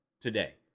today